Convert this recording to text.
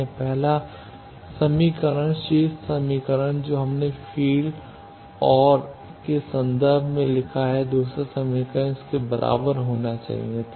इसलिए पहला समीकरण शीर्ष समीकरण जो हमने फील्ड और के संदर्भ में लिखा है दूसरा समीकरण इसके बराबर होना चाहिए